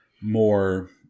more